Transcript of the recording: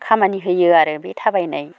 खामानि होयो आरो बे थाबायनाय